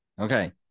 okay